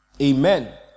Amen